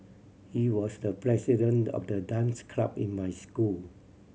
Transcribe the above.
he was the president of the dance club in my school